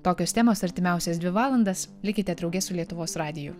tokios temos artimiausias dvi valandas likite drauge su lietuvos radiju